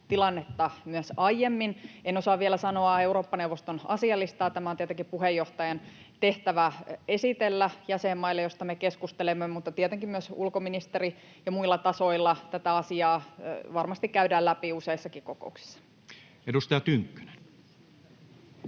tilannetta, myös aiemmin. En osaa vielä sanoa Eurooppa-neuvoston asialistaa, josta me keskustelemme— tämä on tietenkin puheenjohtajan tehtävä esitellä jäsenmaille — mutta tietenkin myös ulkoministeri- ja muilla tasoilla tätä asiaa varmasti käydään läpi useissakin kokouksissa. [Speech